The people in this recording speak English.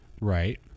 right